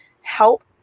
help